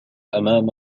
أمام